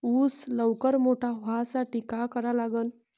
ऊस लवकर मोठा व्हासाठी का करा लागन?